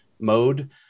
mode